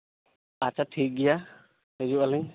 ᱟᱪᱪᱷᱟ ᱴᱷᱤᱠ ᱜᱮᱭᱟ ᱦᱤᱡᱩᱜ ᱟᱹᱞᱤᱧ